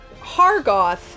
Hargoth